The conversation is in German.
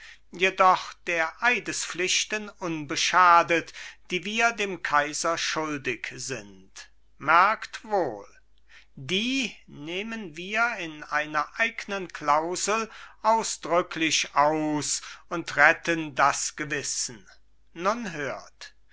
jedoch der eidespflichten unbeschadet die wir dem kaiser schuldig sind merkt wohl die nehmen wir in einer eignen klausel ausdrücklich aus und retten das gewissen nun hört